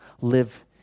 live